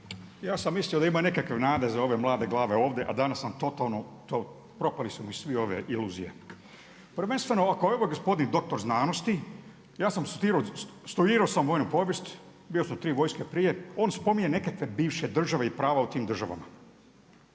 Ja sam mislio da ima nekakve nade za ove mlade glave ovdje a danas sam totalno to, propale su mi sve ove iluzije. Prvenstveno ako evo gospodin doktor znanosti, ja sam studirao vojnu povijest, bio sam tri vojske prije, on spominje neke te bivše države i prav u tim državama.